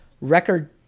record